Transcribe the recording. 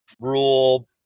rule